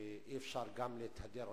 ואי-אפשר להתהדר,